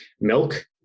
milk